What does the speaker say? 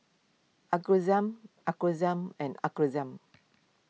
Aurangzeb Aurangzeb and Aurangzeb